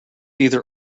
either